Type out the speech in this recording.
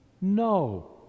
No